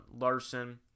Larson